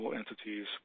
entities